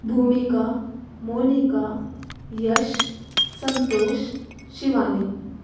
भूमिका मोनिका यश संतोष शिवानी